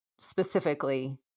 specifically